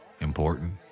Important